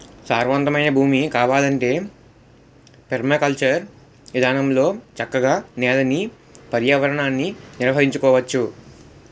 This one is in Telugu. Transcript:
సారవంతమైన భూమి కావాలంటే పెర్మాకల్చర్ ఇదానంలో చక్కగా నేలని, పర్యావరణాన్ని నిర్వహించుకోవచ్చు